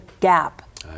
gap